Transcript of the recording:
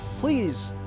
please